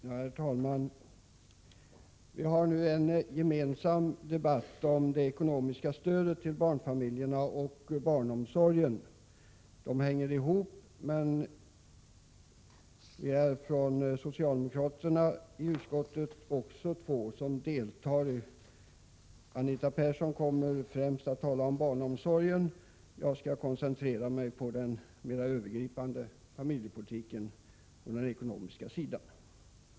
Herr talman! Vi har nu en gemensam debatt om det ekonomiska stödet till barnfamiljerna och barnomsorgen — de frågorna hänger ihop — men vi är också två socialdemokrater från utskottet som deltar. Anita Persson kommer främst att tala om barnomsorgen. Jag skall koncentrera mig på den mera övergripande familjepolitiken och den ekonomiska sidan.